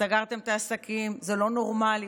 סגרתם את העסקים, זה לא נורמלי.